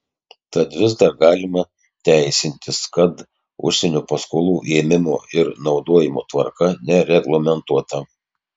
tad vis dar galima teisintis kad užsienio paskolų ėmimo ir naudojimo tvarka nereglamentuota